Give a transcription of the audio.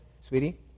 Sweetie